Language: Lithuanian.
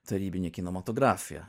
tarybinę kinematografiją